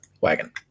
wagon